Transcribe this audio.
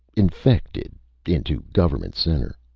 infected into government center.